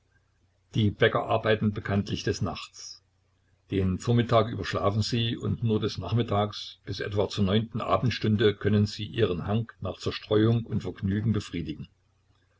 die bäcker arbeiten bekanntlich des nachts den vormittag über schlafen sie und nur des nachmittags bis etwa zur neunten abendstunde können sie ihren hang nach zerstreuung und vergnügen befriedigen